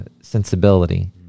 sensibility